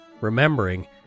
Remembering